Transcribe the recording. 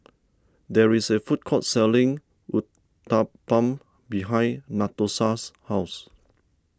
there is a food court selling Uthapam behind Natosha's house